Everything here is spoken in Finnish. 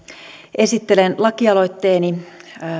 esittelen lakialoitteeni